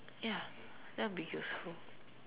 ya that'll be useful